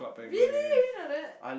really I didn't know that